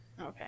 Okay